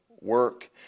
work